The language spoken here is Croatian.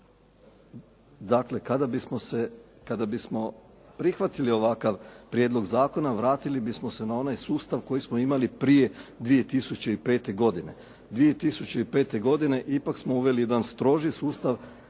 Zakon o dosmrtnom uzdržavanju, tada bismo se vratili na onaj sustav koji smo imali prije 2005. godine. 2005. godine ipak smo uveli jedan stroži sustav